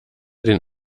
den